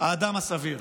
האדם הסביר.